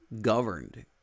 governed